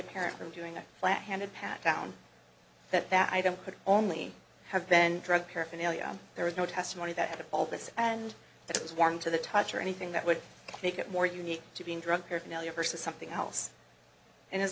apparent from doing a planted pat down that that item could only have been drug paraphernalia there was no testimony that all this and it was warm to the touch or anything that would make it more unique to being drug paraphernalia versus something else